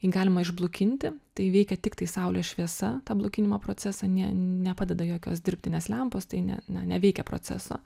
jį galima išblukinti tai veikia tiktai saulės šviesa tą blukinimo procesą ne nepadeda jokios dirbtinės lempos tai ne na neveikia proceso